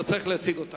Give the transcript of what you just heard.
אתה צריך לומר שאתה